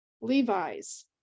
Levi's